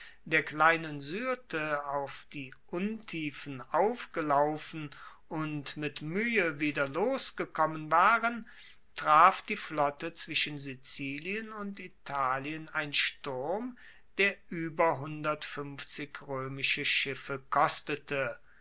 der kleinen syrte auf die untiefen aufgelaufen und mit muehe wieder losgekommen waren traf die flotte zwischen sizilien und italien ein sturm der ueber roemische schiffe kostete